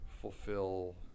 fulfill